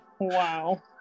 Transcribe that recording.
Wow